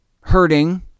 hurting